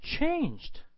changed